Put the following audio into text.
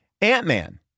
Ant-Man